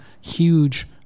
huge